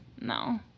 No